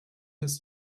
his